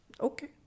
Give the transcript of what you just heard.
Okay